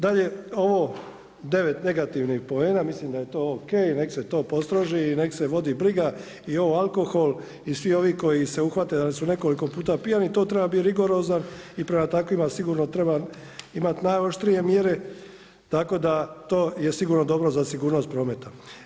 Dalje, ovo 9 negativnih poena, mislim da je to ok, nek' se to postroži i nek' se vodi briga i ovo alkohol, i svi ovi koji se uhvate da su nekoliko puta pijani, to treba biti rigorozan i prema takvima sigurno treba imati najoštrije mjere tako da to je sigurno dobro za sigurnost prometa.